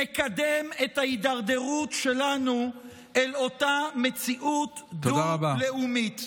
מקדם את ההידרדרות שלנו אל אותה מציאות דו-לאומית.